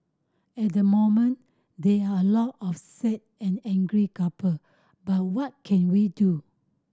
at the moment there are a lot of sad and angry couple but what can we do